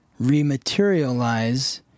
rematerialize